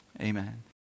Amen